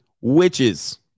witches